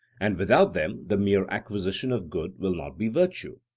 and without them the mere acquisition of good will not be virtue.